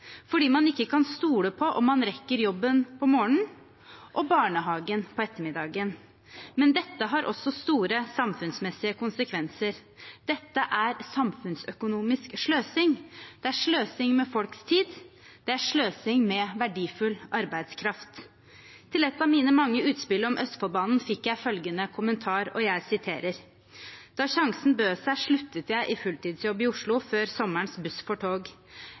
fordi man ikke kan stole på om man rekker jobben på morgenen og barnehagen på ettermiddagen. Men dette har også store samfunnsmessige konsekvenser. Dette er samfunnsøkonomisk sløsing. Det er sløsing med folks tid. Det er sløsing med verdifull arbeidskraft. Til et av mine mange utspill om Østfoldbanen fikk jeg følgende kommentar: «Da sjansen bød seg, sluttet jeg i fulltidsjobb i Oslo før sommerens buss for tog.